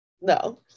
no